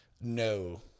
No